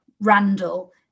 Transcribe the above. Randall